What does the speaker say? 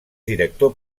director